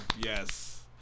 yes